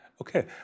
Okay